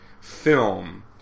film